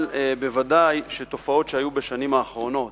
אבל ודאי שתופעות שהיו בשנים האחרונות,